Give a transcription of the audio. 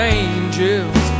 angels